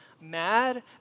mad